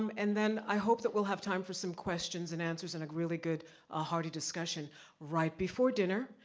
um and then i hope that we'll have time for some questions and answers and a really good ah hearty discussion right before dinner,